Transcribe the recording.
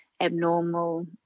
abnormal